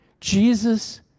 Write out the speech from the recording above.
Jesus